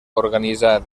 organitzar